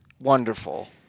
wonderful